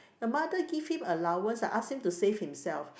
the mother give him allowance ask him to save himself